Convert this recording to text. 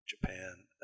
Japan